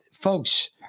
folks